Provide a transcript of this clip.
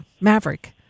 Maverick